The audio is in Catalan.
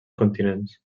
continents